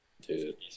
Dude